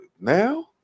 now